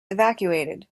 evacuated